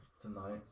tonight